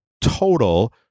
total